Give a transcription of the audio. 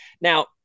Now